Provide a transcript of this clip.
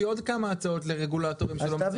יש לי עוד כמה הצעות לרגולטורים שלא מצליחים